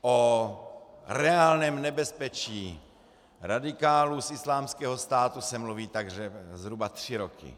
O reálném nebezpečí radikálů z Islámského státu se mluví tak zhruba tři roky.